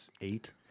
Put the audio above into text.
eight